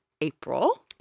April